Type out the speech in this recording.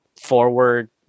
forward